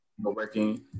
working